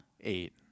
Eight